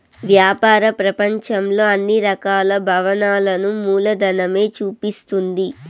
వ్యాపార ప్రపంచంలో అన్ని రకాల భావనలను మూలధనమే చూపిస్తుంది